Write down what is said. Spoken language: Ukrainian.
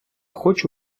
хочу